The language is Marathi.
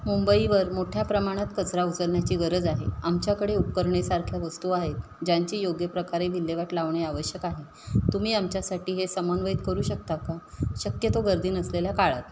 मुंबईवर मोठ्या प्रमाणात कचरा उचलण्याची गरज आहे आमच्याकडे उपकरणेसारख्या वस्तू आहेत ज्यांची योग्य प्रकारे विल्हेवाट लावणे आवश्यक आहे तुम्ही आमच्यासाठी हे समन्वयीत करू शकता का शक्यतो गर्दी नसलेल्या काळात